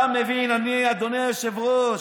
אתה מבין, אדוני היושב-ראש,